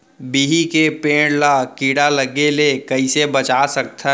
बिही के पेड़ ला कीड़ा लगे ले कइसे बचा सकथन?